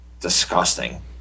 disgusting